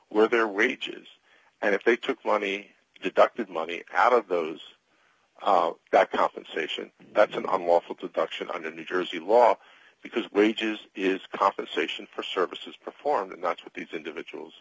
where their wages and if they took money deducted money out of those that compensation that's an unlawful to touch it under the new jersey law because wages is compensation for services performed and that's what these individuals